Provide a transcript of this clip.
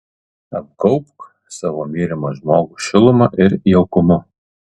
apgaubk savo mylimą žmogų šiluma ir jaukumu